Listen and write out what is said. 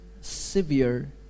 severe